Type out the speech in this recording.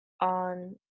on